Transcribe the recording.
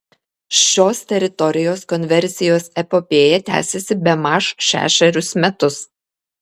šios teritorijos konversijos epopėja tęsiasi bemaž šešerius metus